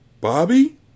Bobby